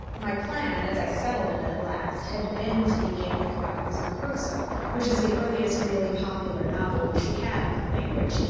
my plan, as i settled it at last, had been to begin with robinson crusoe, which is the earliest really popular novel which we have in our language,